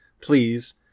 please